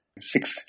six